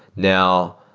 now,